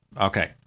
Okay